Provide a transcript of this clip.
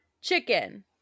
chicken